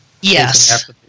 Yes